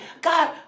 God